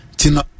tina